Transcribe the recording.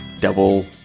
double